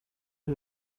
who